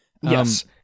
Yes